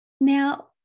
Now